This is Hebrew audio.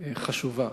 החשובה